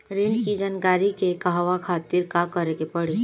ऋण की जानकारी के कहवा खातिर का करे के पड़ी?